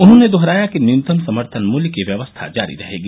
उन्होंने दोहराया कि न्यूनतम समर्थन मूल्य की व्यवस्था जारी रहेगी